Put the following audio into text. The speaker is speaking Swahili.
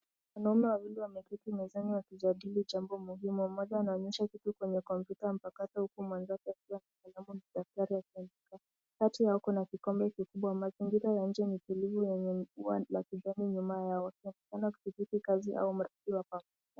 Wanaume wawili wameketi mezani wakijadili jambo muhimu. Mmoja anaonyesha kitu kwenye kompyuta mpakato huku mwenzake akiwa na kalamu na daftari akiandika. Kati yao kuna kikombe kikubwa. Mazingira ya nje ni tulivu yenye uwa la kijani nyuma yao. Wanaonekana kujadili kazi au mradi wa.